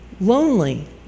lonely